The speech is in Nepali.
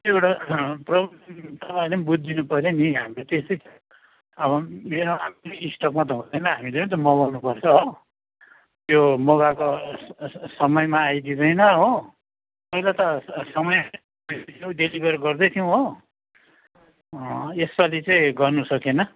कतिवटा प्रब्लम तपाईँहरूले पनि बुझिदिनु पर्यो नि हाम्रो त्यस्तै अब स्टकमा त हुँदैन हामीले पनि त मगाउनुपर्छ हो त्यो मगाएको अस समयमा आइदिँदैन हो पहिला समयमै डेलिभर गर्दै थियौँ हो यसपालि चाहिँ गर्नु सकिएन